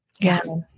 Yes